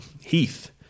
Heath